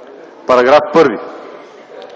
Е Ш И: § 1.